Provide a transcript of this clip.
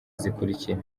zikurikira